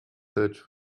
search